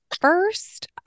first